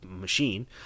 machine